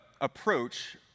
approach